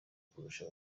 kurusha